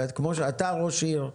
אתה היית ראש עיר,